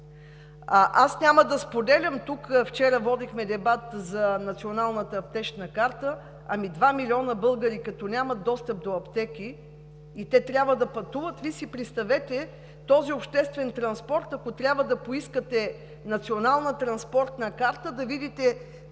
Аз няма да споделям тук – вчера водихме дебат за Националната аптечна карта, ами 2 милиона българи, като нямат достъп до аптеки и трябва да пътуват, представете си този обществен транспорт. Ако трябва да поискате Национална транспортна карта, за да видите